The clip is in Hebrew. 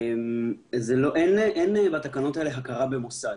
אין בתקנות האלה הכרה במוסד.